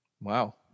Wow